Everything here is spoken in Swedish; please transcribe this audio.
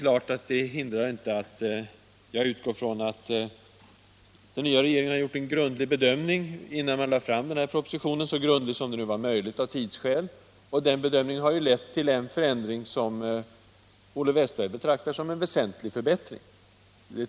Trots detta utgår jag från att den nya regeringen har gjort en grundlig bedömning innan den lade fram propositionen — så grundlig som det nu var möjligt av tidsskäl. Den bedömningen har lett till en förändring som Olle Wästberg betraktar som en väsentlig förbättring.